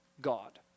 God